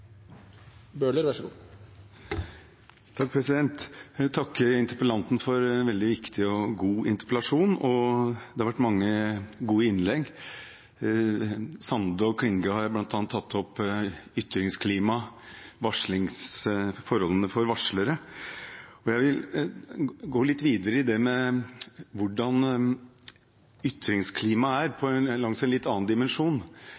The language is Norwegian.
Jeg vil takke interpellanten for en veldig viktig og god interpellasjon. Det har vært mange gode innlegg. Sande og Klinge har bl.a. tatt opp ytringsklima og forholdene for varslere. Jeg vil gå litt videre med hvordan ytringsklimaet er, fra en litt annen dimensjon,